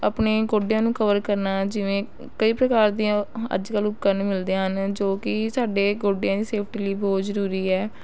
ਆਪਣੇ ਗੋਡਿਆਂ ਨੂੰ ਕਵਰ ਕਰਨਾ ਜਿਵੇਂ ਕਈ ਪ੍ਰਕਾਰ ਦੀਆਂ ਅ ਅੱਜ ਕੱਲ੍ਹ ਉਪਕਰਨ ਮਿਲਦੇ ਹਨ ਜੋ ਕਿ ਸਾਡੇ ਗੋਡਿਆਂ ਦੀ ਸੇਫਟੀ ਲਈ ਬਹੁਤ ਜ਼ਰੂਰੀ ਹੈ